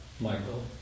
Michael